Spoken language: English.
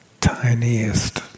tiniest